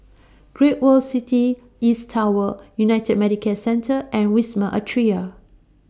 Great World City East Tower United Medicare Centre and Wisma Atria